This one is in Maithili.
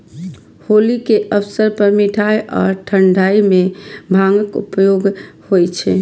होली के अवसर पर मिठाइ आ ठंढाइ मे भांगक उपयोग होइ छै